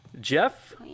Jeff